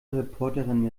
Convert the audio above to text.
reporterin